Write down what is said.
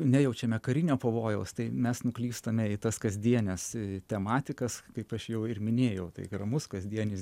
nejaučiame karinio pavojaus tai mes nuklystame į tas kasdienes tematikas kaip aš jau ir minėjau tai ramus kasdienis